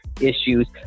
issues